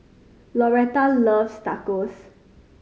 Lauretta loves Tacos